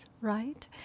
right